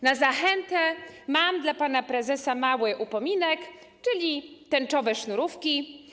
Na zachętę mam dla pana prezesa mały upominek, czyli tęczowe sznurówki.